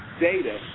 data